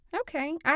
Okay